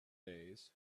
days